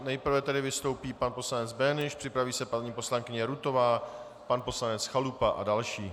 Nejprve vystoupí pan poslanec Böhnisch, připraví se paní poslankyně Rutová, pan poslanec Chalupa a další.